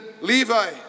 Levi